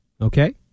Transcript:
Okay